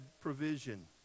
provision